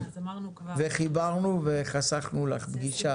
חיברנו וחסכנו לך פגישה.